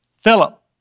Philip